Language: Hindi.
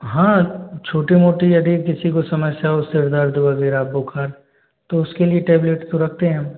हाँ छोटी मोटी यदि किसी को समस्या हो सिर दर्द वग़ैरह बुख़ार तो उसके लिए टैबलेट तो रखते हैं हम